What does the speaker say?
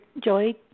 joy